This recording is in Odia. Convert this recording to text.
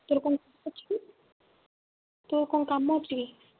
ତୋର କୋଉ ଅଛି ତୋର କଣ କାମ ଅଛି କି